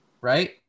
right